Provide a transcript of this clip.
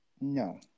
no